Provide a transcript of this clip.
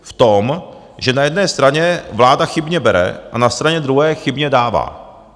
V tom, že na jedné straně vláda chybně bere a na straně druhé chybně dává.